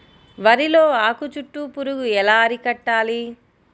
వరిలో ఆకు చుట్టూ పురుగు ఎలా అరికట్టాలి?